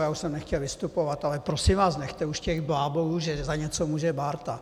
Já už jsem nechtěl vystupovat, ale, prosím vás, nechte už těch blábolů, že za něco může Bárta.